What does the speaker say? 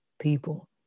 people